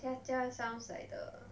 佳佳 sounds like the